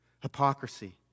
hypocrisy